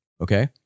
okay